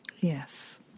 Yes